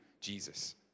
Jesus